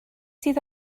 sydd